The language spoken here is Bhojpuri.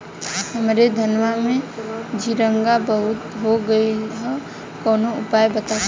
हमरे धनवा में झंरगा बहुत हो गईलह कवनो उपाय बतावा?